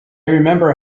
remember